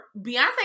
Beyonce